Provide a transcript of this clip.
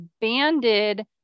banded